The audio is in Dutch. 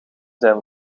zijn